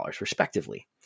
respectively